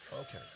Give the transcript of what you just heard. Okay